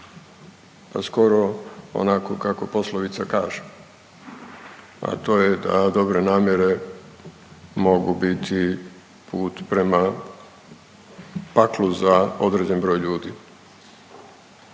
pa skoro onako kako poslovica kaže, a to je da dobre namjere mogu biti put prema paklu za određen broj ljudi.